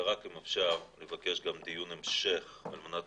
ורק אם אפשר לבקש גם דיון המשך על מנת